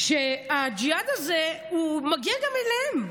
שהג'יהאד הזה מגיע גם אליהם.